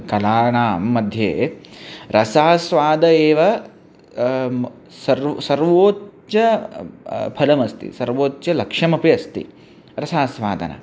कलानां मध्ये रसास्वादः एव सर्वं सर्वोच्च फलमस्ति सर्वोच्चलक्ष्यमपि अस्ति रसास्वादनम्